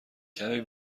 کمی